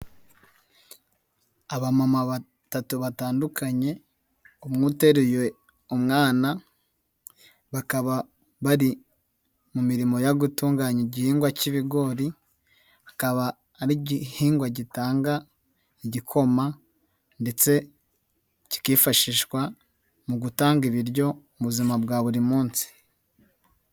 Abamama batatu batandukanye, umwe uteruye umwana, bakaba bari mu mirimo yo gutunganya igihingwa cy'ibigori, akaba ari igihingwa gitanga igikoma ndetse kikifashishwa mu gutanga ibiryo mu buzima bwa buri munsi.